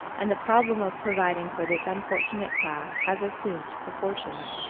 and the problem of providing for this unfortunate class has assumed proportions.